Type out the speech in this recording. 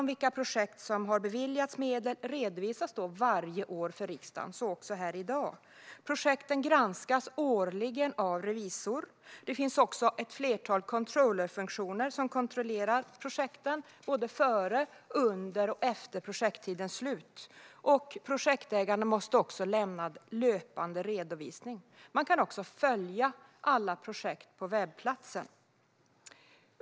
Vilka projekt som har beviljats medel redovisas varje år för riksdagen i en rapport, så också här i dag. Projekten granskas också årligen av en auktoriserad revisor. Det finns också ett flertal controllerfunktioner som kontrollerar projekten både före, under och efter projekttiden. Projektägarna måste också lämna löpande redovisning. Man kan följa alla projekt på webbplatsen.